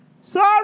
sorry